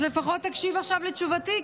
אז לפחות תקשיב עכשיו לתשובתי,